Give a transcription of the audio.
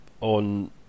on